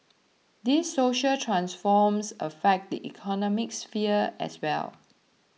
these social transforms affect the economic sphere as well